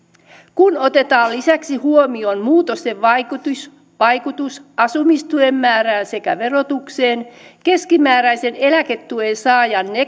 kun otetaan lisäksi huomioon muutosten vaikutus vaikutus asumistuen määrään sekä verotukseen keskimääräisen eläketuen saajan